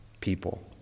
people